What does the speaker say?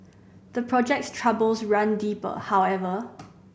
the project's troubles run deeper however